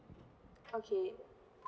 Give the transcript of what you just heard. okay